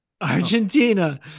Argentina